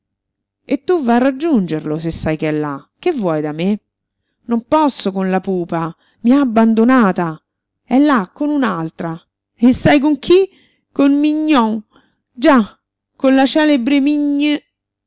e tu va a raggiungerlo se sai che è là che vuoi da me non posso con la pupa i ha abbandonata è là con un'altra e sai con chi con mignon già con la celebre